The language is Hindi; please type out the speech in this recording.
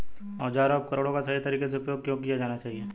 औजारों और उपकरणों का सही तरीके से उपयोग क्यों किया जाना चाहिए?